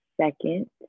second